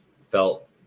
felt